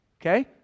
Okay